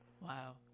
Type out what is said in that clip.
Wow